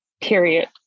period